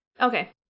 Okay